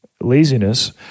laziness